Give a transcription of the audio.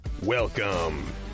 Welcome